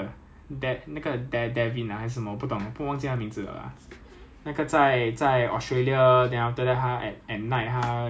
ya 那个 because of that right 我的 Germany training uh pause for I think two three days eh